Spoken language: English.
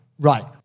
Right